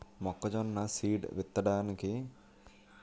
మొక్కజొన్న సీడ్ విత్తడానికి ఏ ఏ పరికరాలు వాడతారు?